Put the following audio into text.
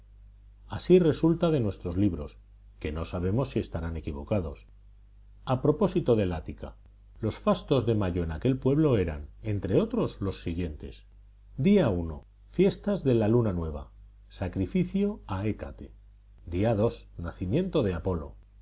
así resulta de nuestros libros que no sabemos si estarán equivocados a propósito del ática los fastos de mayo en aquel pueblo eran entre otros los siguientes día fiestas de la luna nueva sacrificio a hécate día nacimiento de apolo